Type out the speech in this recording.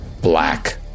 Black